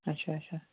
اچھا اچھا